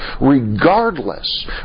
regardless